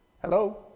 Hello